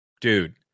Dude